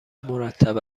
مرتب